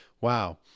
Wow